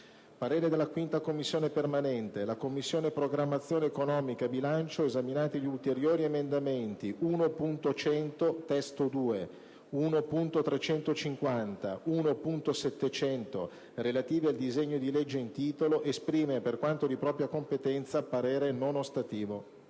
parere è di contrarietà semplice». «La Commissione programmazione economica, bilancio, esaminati gli ulteriori emendamenti 1.100 (testo 2), 1.350 e 1.700, relativi al disegno di legge in titolo, esprime, per quanto di propria competenza, parere non ostativo